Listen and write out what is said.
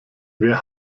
wer